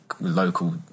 local